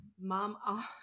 mom